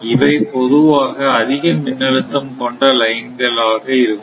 இவை பொதுவாக அதிக மின்னழுத்தம் கொண்ட லைன்கள் ஆக இருக்கும்